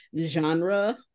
genre